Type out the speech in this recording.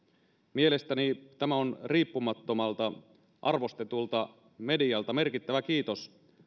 mielestäni tämä on riippumattomalta arvostetulta medialta merkittävä kiitos